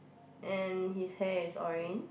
and his hair is orange